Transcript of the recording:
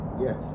Yes